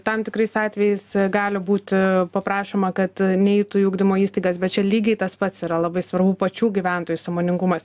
tam tikrais atvejais gali būti paprašoma kad neitų į ugdymo įstaigas bet čia lygiai tas pats yra labai svarbu pačių gyventojų sąmoningumas